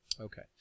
Okay